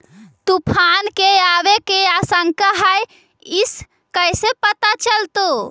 तुफान के आबे के आशंका है इस कैसे पता चलतै?